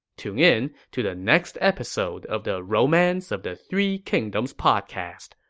tune in to the next episode of the romance of the three kingdoms podcast.